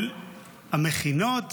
של המכינות